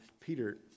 Peter